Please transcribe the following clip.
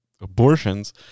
abortions